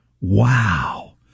Wow